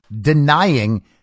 denying